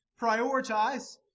prioritize